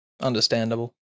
Understandable